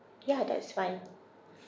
ya that is fine